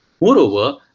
Moreover